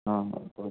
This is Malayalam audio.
ആ അപ്പോള്